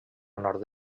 nord